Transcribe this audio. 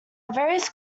various